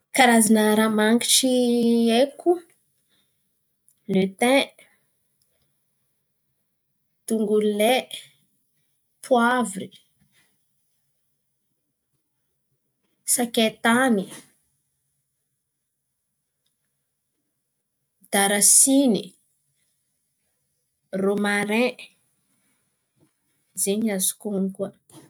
Karazan̈a rahà mangitry haiko: letin, dongolo lay, poivry, sakay tany, darasiny, rômarin, zen̈y no azoko on̈ono koa.